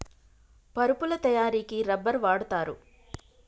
పరుపుల తయారికి రబ్బర్ వాడుతారు